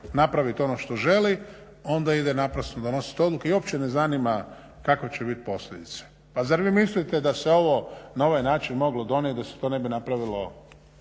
napraviti ono što želi, onda ide naprosto donositi odluke i uopće ju ne zanima kakve će biti posljedice. Pa zar vi mislite da se ovo na ovaj način moglo donijeti da se to ne bi napravilo